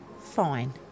Fine